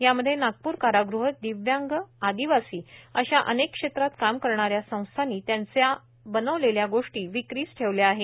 यामध्ये नागपूर कारागृह दिव्यांग आदिवासी अशा अनेक क्षेत्रात काम करणा या संस्थांनी त्यांच्या बनवलेल्या गोष्टी विक्रीस ठेवल्या आहेत